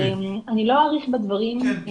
אני לא אאריך בדברים,